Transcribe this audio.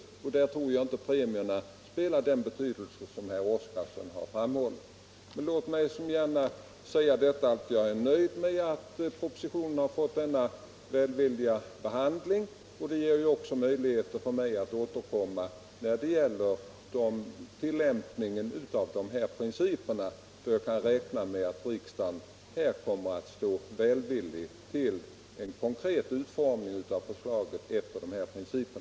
I det sammanhanget tror jag inte att premierna har den betydelse som herr Oskarson har framhållit. Låt mig säga att jag är nöjd med att propositionen har fått en så välvillig behandling. Det ger mig möjlighet att återkomma när det gäller tilllämpningen av principerna, och jag räknar med att riksdagen kommer att ställa sig välvillig också till ett konkret förslag, utformat efter dessa principer.